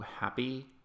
happy